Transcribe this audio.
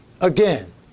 Again